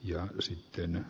arvoisa puhemies